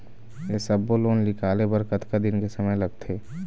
ये सब्बो लोन निकाले बर कतका दिन के समय लगथे?